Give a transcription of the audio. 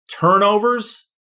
turnovers